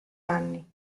anni